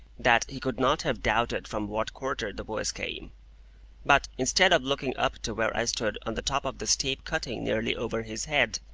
that he could not have doubted from what quarter the voice came but instead of looking up to where i stood on the top of the steep cutting nearly over his head,